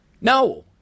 No